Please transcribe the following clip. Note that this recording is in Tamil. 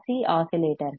சி RC ஆஸிலேட்டர்கள்